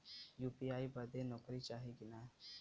UPI बदे नौकरी चाही की ना?